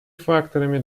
факторами